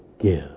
give